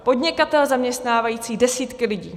Podnikatel zaměstnávající desítky lidí.